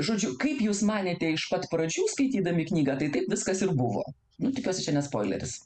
žodžiu kaip jūs manėte iš pat pradžių skaitydami knygą tai taip viskas ir buvo nu tikiuosi čia ne spoileris